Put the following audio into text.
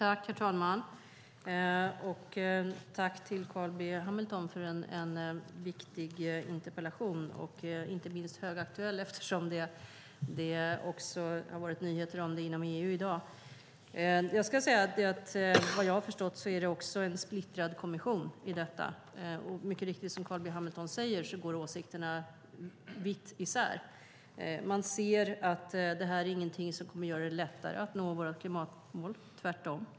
Herr talman! Jag vill tacka Carl B Hamilton för en viktig interpellation. Den är dessutom högaktuell eftersom det varit nyheter om den inom EU i dag. Vad jag förstått är det en splittrad kommission när det gäller den här frågan. Som Carl B Hamilton mycket riktigt säger går åsikterna vitt isär. Det kommer inte att göra det lättare att nå våra klimatmål, tvärtom.